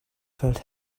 felt